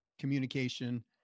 communication